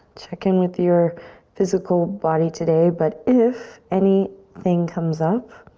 check in with your physical body today but if any thing comes up,